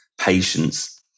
patience